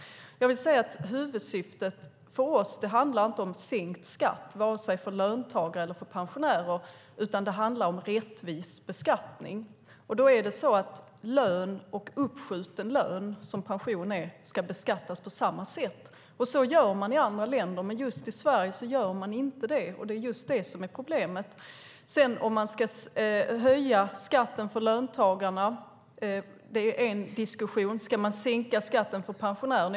Huvudsyftet för oss handlar inte om sänkt skatt, vare sig för löntagare eller för pensionärer, utan det handlar om rättvis beskattning. Då ska lön och uppskjuten lön, som pension är, beskattas på samma sätt. Så gör man i andra länder, men just i Sverige gör vi inte det. Det är just detta som är problemet. En diskussion är om man ska höja skatten för löntagarna och sänka den för pensionärer.